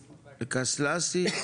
אלקסלסי?